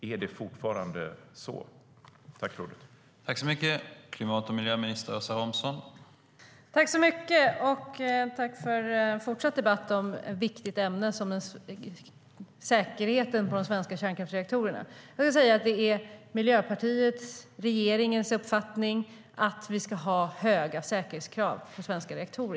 Är det fortfarande så?